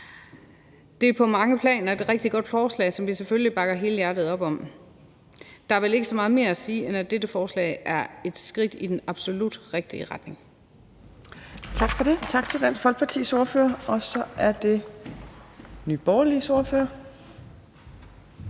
Det er på mange planer et rigtig godt forslag, som vi selvfølgelig bakker helhjertet op om. Der er vel ikke så meget mere at sige, end at dette forslag er et skridt i den absolut rigtige retning. Kl. 12:41 Tredje næstformand (Trine Torp): Tak for det. Tak til Dansk Folkepartis ordfører. Så er det Nye Borgerliges ordfører.